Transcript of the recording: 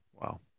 Wow